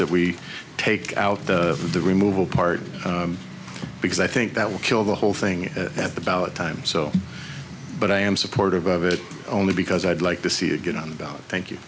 that we take out the removal part because i think that will kill the whole thing at the ballot time so but i am supportive of it only because i'd like to see it get on the ballot thank you